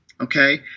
Okay